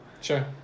Sure